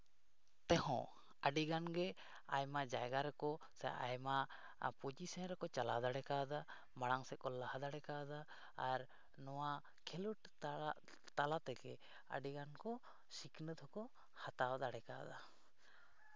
ᱛᱮᱦᱚᱸ ᱟᱹᱰᱤᱜᱟᱱ ᱜᱮ ᱟᱭᱢᱟ ᱡᱟᱭᱜᱟ ᱨᱮᱠᱚ ᱥᱮ ᱟᱭᱢᱟ ᱯᱚᱡᱤᱥᱮᱱ ᱨᱮᱠᱚ ᱪᱟᱞᱟᱣ ᱫᱟᱲᱮ ᱠᱟᱣᱫᱟ ᱢᱟᱲᱟᱝ ᱥᱮᱫ ᱠᱚ ᱞᱟᱦᱟ ᱫᱟᱲᱮ ᱠᱟᱣᱫᱟ ᱟᱨ ᱱᱚᱣᱟ ᱠᱷᱮᱞᱳᱰ ᱛᱟᱞᱟ ᱛᱟᱞᱟ ᱛᱮᱜᱮ ᱟᱹᱰᱤᱜᱟᱱ ᱠᱚ ᱥᱤᱠᱷᱱᱟᱹᱛ ᱦᱚᱸ ᱠᱚ ᱦᱟᱛᱟᱣ ᱫᱟᱲᱮ ᱠᱟᱣᱫᱟ